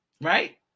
right